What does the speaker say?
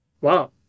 Wow